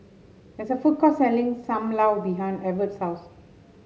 there is a food court selling Sam Lau behind Evert's house